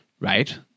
Right